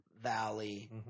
Valley